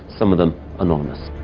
some of them anonymous.